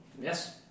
Yes